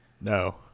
No